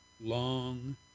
long